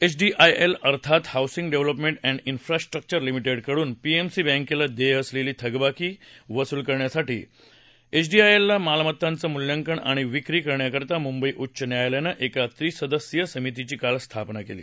HDIL अर्थात housing development and infrastructure लिमि डिकडून पीएमसी बँकेला देय असलेली थकबाकी वसूल करण्यासाठी एचडीआयएलच्या मालमत्तांचं मूल्यांकन आणि विक्री करण्याकरता मुंबई उच्च न्यायालयानं एका त्रिसदस्यीय समितीची काल स्थापना केली